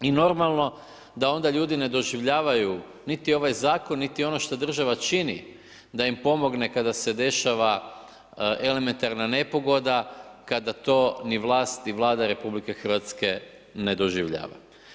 I normalno da onda ljudi ne doživljavaju niti ovaj zakon niti ono što država čini da im pomogne kada se dešava elementarna nepogoda, kada to ni vlast ni Vlada RH ne doživljava.